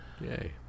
Yay